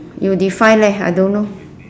you define leh I don't know